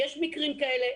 יש מקרים כאלה.